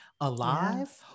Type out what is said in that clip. alive